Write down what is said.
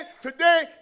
today